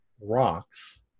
rocks